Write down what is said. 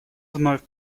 вновь